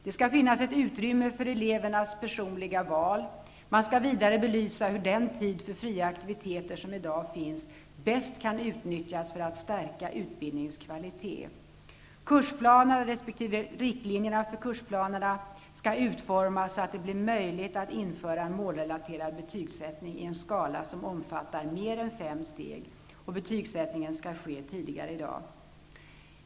Det skall finnas utrymme för elevernas personliga val. Man skall vidare belysa hur den tid för fria aktiviteter som i dag finns bäst kan utnyttjas för att stärka utbildningens kvalitet. Kursplanerna resp. riktlinjerna för dessa skall utformas så, att det blir möjligt att införa en målrelaterad betygssättning i en skala som omfattar mer än fem steg. Betygssättningen skall ske tidigare än i dag.